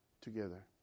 together